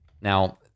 Now